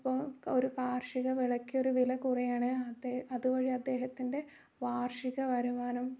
ഇപ്പം ഒരു കാർഷിക വിളയ്ക്ക് ഒരു വില കുറയുകയാണ് അതുവഴി അദ്ദേഹത്തിൻ്റെ വാർഷിക വരുമാനം